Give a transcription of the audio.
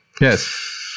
Yes